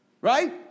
Right